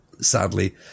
sadly